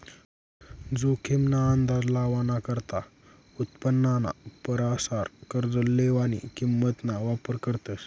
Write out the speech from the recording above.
जोखीम ना अंदाज लावाना करता उत्पन्नाना परसार कर्ज लेवानी किंमत ना वापर करतस